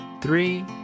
three